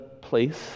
place